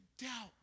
doubt